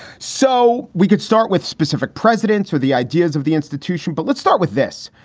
so we could start with specific presidents or the ideas of the institution. but let's start with this.